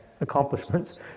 accomplishments